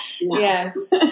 Yes